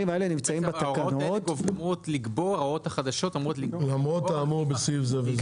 האלה אמורות לגבור על --- למרות האמור בסעיף זה וזה.